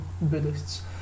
buddhists